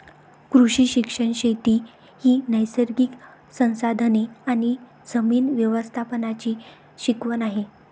कृषी शिक्षण शेती ही नैसर्गिक संसाधने आणि जमीन व्यवस्थापनाची शिकवण आहे